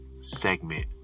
segment